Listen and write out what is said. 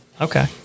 Okay